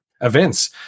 events